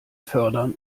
fördern